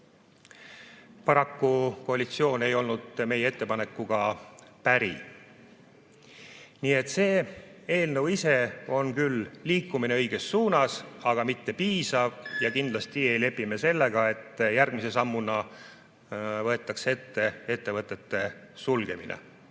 Paraku koalitsioon ei olnud meie ettepanekuga päri. Nii et see eelnõu ise on küll liikumine õiges suunas, aga mitte piisav. Ja kindlasti ei lepi me sellega, et järgmise sammuna võetakse ette ettevõtete sulgemine.